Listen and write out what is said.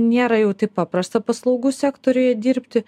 nėra jau taip paprasta paslaugų sektoriuje dirbti